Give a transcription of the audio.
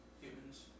Humans